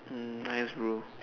mm nice bro